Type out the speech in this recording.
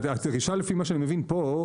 אבל הדרישה לפי מה שאני מבין פה,